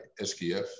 SKF